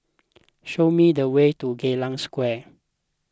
show me the way to Geylang Square